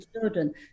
children